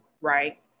right